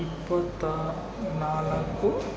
ಇಪ್ಪತ್ತನಾಲ್ಕು